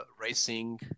racing